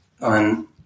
on